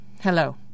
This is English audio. hello